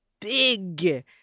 big